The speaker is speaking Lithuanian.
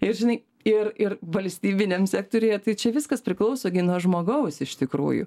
ir žinai ir ir valstybiniam sektoriuje tai čia viskas priklauso gi nuo žmogaus iš tikrųjų